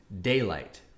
Daylight